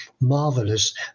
marvelous